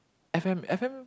f_m f_m